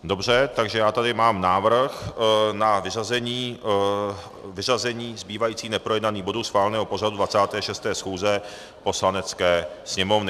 Dobře, takže já tady mám návrh na vyřazení zbývajících neprojednaných bodů schváleného pořadu 26. schůze Poslanecké sněmovny.